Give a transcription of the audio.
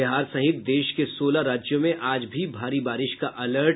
बिहार सहित देश के सोलह राज्यों में आज भी भारी बारिश का अलर्ट